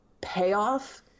payoff